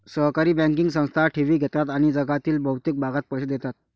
सहकारी बँकिंग संस्था ठेवी घेतात आणि जगातील बहुतेक भागात पैसे देतात